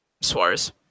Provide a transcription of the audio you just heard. Suarez